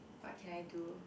what can I do